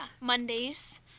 mondays